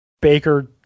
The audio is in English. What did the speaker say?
Baker